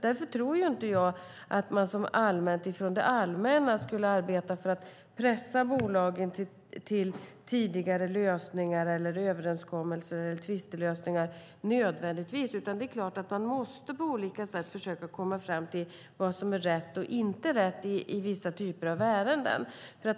Därför tror inte jag att man från det allmänna ska arbeta för att nödvändigtvis pressa bolagen till tidigare lösningar, överenskommelser eller tvistelösningar, utan det är klart att man på olika sätt måste försöka komma fram till vad som är rätt och inte rätt i vissa typer av ärenden.